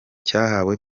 cyahawe